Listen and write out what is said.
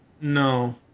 no